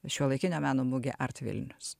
šiuolaikinio meno mugė artvilnius